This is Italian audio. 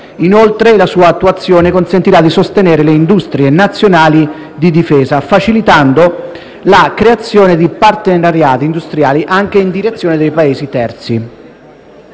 Inoltre, la sua attuazione consentirà di sostenere le industrie nazionali di difesa, facilitando la creazione di partenariati industriali anche in direzione dei Paesi terzi.